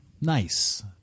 Nice